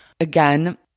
Again